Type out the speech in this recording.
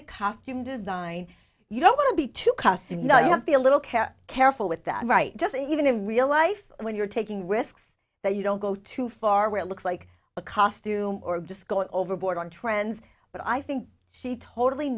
the costume design you don't want to be too custom you know you have to be a little care careful with that right even in real life when you're taking risks that you don't go too far where looks like a costume or just going overboard on trends but i think she totally